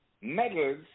medals